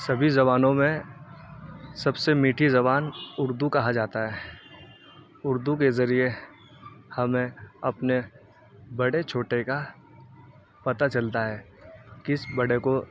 سبھی زبانوں میں سب سے میٹھی زبان اردو کہا جاتا ہے اردو کے ذریعے ہمیں اپنے بڑے چھوٹے کا پتہ چلتا ہے کس بڑے کو